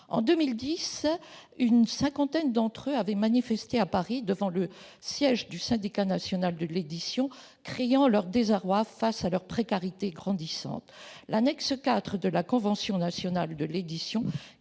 En 2010, une cinquantaine d'entre eux ont manifesté à Paris devant le siège du Syndicat national de l'édition, criant leur désarroi face à leur précarité grandissante : l'annexe IV de la convention nationale de l'édition,